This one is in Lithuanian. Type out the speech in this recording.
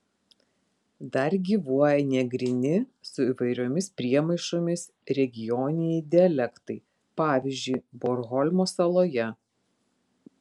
dar gyvuoja negryni su įvairiomis priemaišomis regioniniai dialektai pavyzdžiui bornholmo saloje